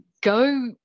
go